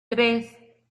tres